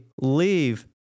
leave